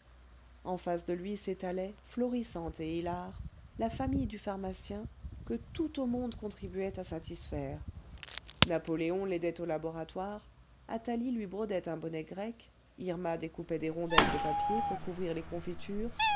en face de lui s'étalait florissante et hilare la famille du pharmacien que tout au monde contribuait à satisfaire napoléon l'aidait au laboratoire athalie lui brodait un bonnet grec irma découpait des rondelles de papier pour couvrir les confitures